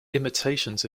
imitations